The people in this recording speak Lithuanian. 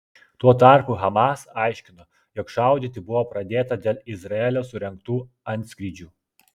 tuo tarpu hamas aiškino jog šaudyti buvo pradėta dėl izraelio surengtų antskrydžių